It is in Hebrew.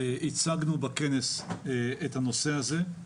הצגנו בכנס את הנושא הזה,